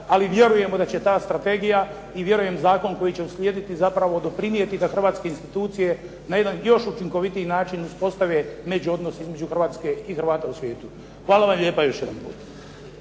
Ali vjerujemo da će ta strategija i vjerujem zakon koji će uslijediti zapravo doprinijeti da hrvatske institucije na jedan još učinkovitiji način uspostave međuodnos između Hrvatske i Hrvata u svijetu. Hvala vam lijepa još jedanput.